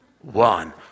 one